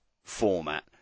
Format